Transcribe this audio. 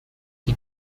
die